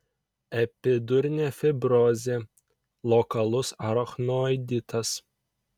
epidurinė fibrozė lokalus arachnoiditas